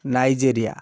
Nigeria